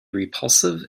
repulsive